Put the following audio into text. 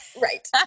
Right